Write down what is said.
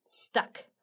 stuck